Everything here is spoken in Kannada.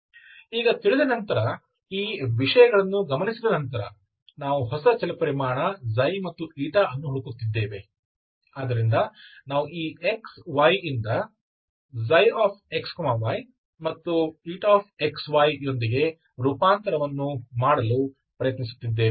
ಈಗ ತಿಳಿದ ನಂತರ ಈ ವಿಷಯಗಳನ್ನು ಗಮನಿಸಿದ ನಂತರ ನಾವು ಹೊಸ ಚಲಪರಿಮಾಣ ξ ಮತ್ತು η ಅನ್ನು ಹುಡುಕುತ್ತಿದ್ದೇವೆ ಆದ್ದರಿಂದ ನಾವು ಈ x y ಯಿಂದ ξ xy ಮತ್ತು xy ಯೊಂದಿಗೆ ರೂಪಾಂತರವನ್ನು ಮಾಡಲು ಪ್ರಯತ್ನಿಸುತ್ತಿದ್ದೇವೆ